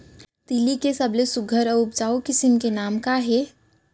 तिलि के सबले सुघ्घर अऊ उपजाऊ किसिम के नाम का हे?